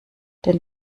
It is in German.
denn